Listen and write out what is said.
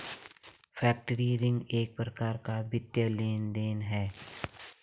factoring एक प्रकार का वित्तीय लेन देन है